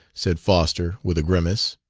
said foster, with a grimace.